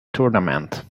tournament